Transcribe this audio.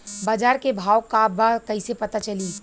बाजार के भाव का बा कईसे पता चली?